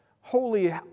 holy